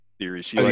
series